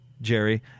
jerry